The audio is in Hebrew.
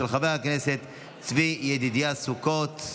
של חבר הכנסת צבי ידידיה סוכות.